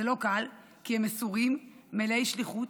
זה לא קל, כי הן מסורות, , מלאות שליחות,